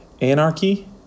anarchy